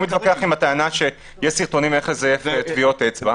שלך, שיש סרטונים איך לזייף טביעות אצבע.